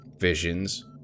visions